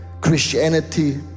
Christianity